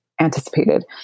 anticipated